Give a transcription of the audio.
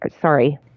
sorry